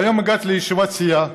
היום הגעתי לישיבת סיעה,